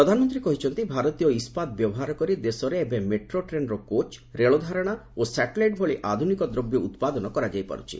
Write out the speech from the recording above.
ପ୍ରଧାନମନ୍ତ୍ରୀ କହିଛନ୍ତି ଭାରତୀୟ ଇସ୍କାତ ବ୍ୟବହାର କରି ଦେଶରେ ଏବେ ମେଟ୍ରୋ ଟ୍ରେନ୍ର କୋଚ୍ ରେଳ ଧାରଣା ଓ ସାଟେଲାଇଟ୍ ଭଳି ଆଧୁନିକ ଦ୍ରବ୍ୟ ଉତ୍ପାଦନ କରାଯାଇ ପାରୁଛି